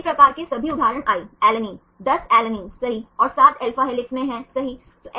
सभी प्रकार के सभी उदाहरण i अलैनिन 10 अलैनिन सही और 7 alpha हीलिक्स में सही हैं